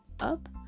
up